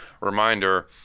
reminder